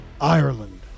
Ireland